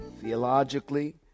Theologically